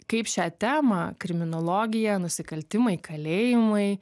kaip šią temą kriminologija nusikaltimai kalėjimai